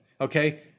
Okay